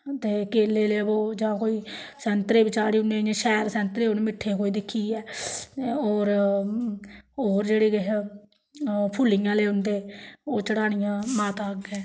ते केले लेई आओ जां कोई सैंतरे बी चाढ़ी ओड़ने इ'यां शैल सैंतरे होन मिट्ठे कोई दिक्खियै होर होर जेह्ड़े किश फुल्लियां लेई औंदे ओह् चढ़ानियां माता अग्गें